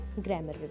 grammar